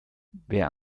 wer